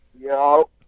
Yo